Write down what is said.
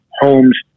homes